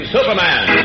Superman